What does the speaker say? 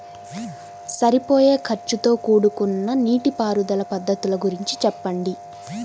సరిపోయే ఖర్చుతో కూడుకున్న నీటిపారుదల పద్ధతుల గురించి చెప్పండి?